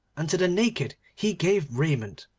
and to the naked he gave raiment,